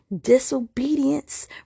disobedience